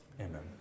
Amen